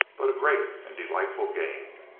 but a great and delightful game.